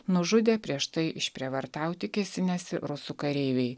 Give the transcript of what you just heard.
nužudė prieš tai išprievartauti kėsinęsi rusų kareiviai